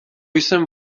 jsem